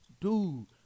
dude